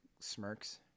smirks